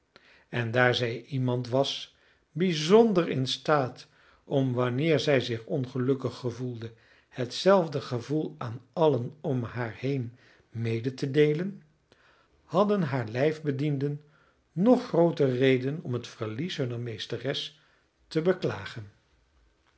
en daar zij iemand was bijzonder in staat om wanneer zij zich ongelukkig gevoelde hetzelfde gevoel aan allen om haar heen mede te deden hadden hare lijfbedienden nog grooter reden om het verlies hunner meesteres te beklagen